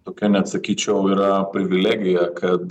tokia net sakyčiau yra privilegija kad